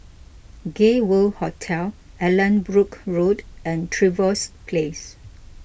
Gay World Hotel Allanbrooke Road and Trevose Place